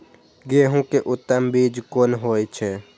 गेंहू के उत्तम बीज कोन होय छे?